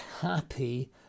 happy